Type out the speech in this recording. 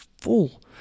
full